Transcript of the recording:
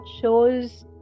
show's